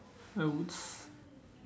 I would